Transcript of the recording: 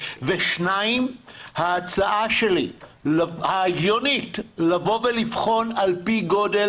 אבל רק לפני כן, הערה קטנה כדי לסגור את הדיון